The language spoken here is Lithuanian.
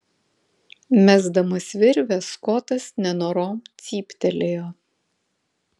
mesdamas virvę skotas nenorom cyptelėjo